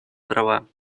права